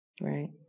right